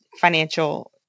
financial